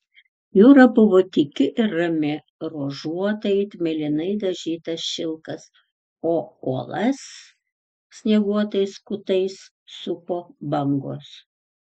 jūra buvo tyki ir rami ruožuota it mėlynai dažytas šilkas o uolas snieguotais kutais supo bangos